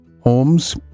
Holmes